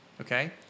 okay